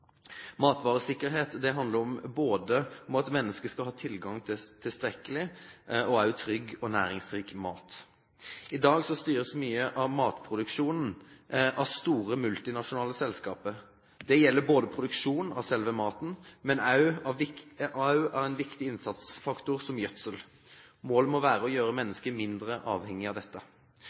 Matvaresikkerhet handler om at mennesker skal ha tilgang til både tilstrekkelig, trygg og næringsrik mat. I dag styres mye av matvareproduksjonen av store multinasjonale selskaper. Det gjelder produksjon av selve maten, men også av en viktig innsatsfaktor som gjødsel. Målet må være å gjøre mennesker mindre avhengig av dette.